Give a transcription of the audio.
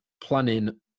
planning